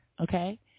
Okay